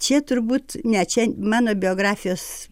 čia turbūt ne čia mano biografijos